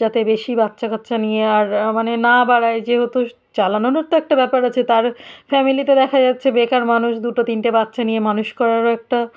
যাতে বেশি বাচ্চা কাচ্চা নিয়ে আর মানে না বাড়ায় যেহেতু চালানোরও তো একটা ব্যাপার আছে তার ফ্যামিলিতে দেখা যাচ্ছে বেকার মানুষ দুটো তিনটে বাচ্চা নিয়ে মানুষ করারও একটা